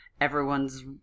everyone's